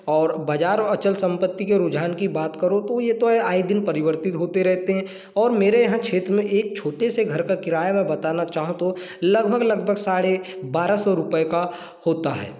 और बाज़ार और अचल संपत्ति के रुझान की बात करो तो ये तो आए दिन परिवर्तित होते रहते हैं और मेरे यहाँ क्षेत्र में एक छोटे से घर का किराया मैं बताना चाहूँ तो लगभग लगभग साढ़े बारह सौ रुपये का होता है